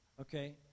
Okay